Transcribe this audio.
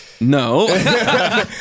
no